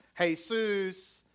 Jesus